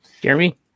Jeremy